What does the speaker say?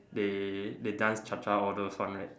they they dance Cha-Cha all those ones right